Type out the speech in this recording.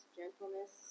gentleness